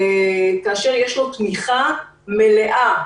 כאשר יש להם תמיכה מלאה.